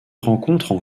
rencontrent